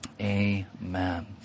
Amen